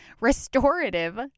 restorative